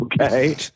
Okay